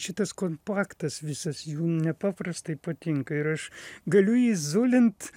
šitas kompaktas visas jų nepaprastai patinka ir aš galiu jį zulint